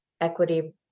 equity